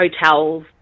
hotels